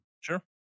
sure